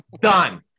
done